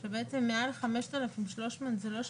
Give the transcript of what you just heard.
ומעתה והלאה,